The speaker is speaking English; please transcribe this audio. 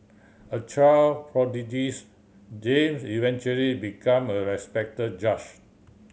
a child prodigy James eventually became a respected judge